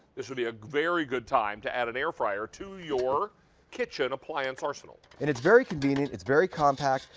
this will be a very good time to add an air fryer to your kitchen appliance arsenal. and it's very convenient, it's very compact,